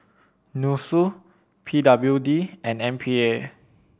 NUSSU P W D and M P A